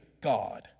God